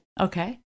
Okay